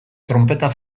tronpeta